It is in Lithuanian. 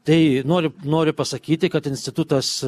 tai noriu noriu pasakyti kad institutas